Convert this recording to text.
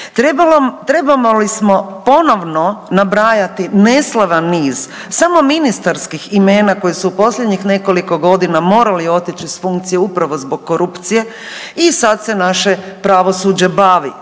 trebamo li smo ponovno nabrajati neslavan niz samo ministarskih imena koji su u posljednjih nekoliko godina morali otići s funkcije upravo zbog korupcije i sad se naše pravosuđe bavi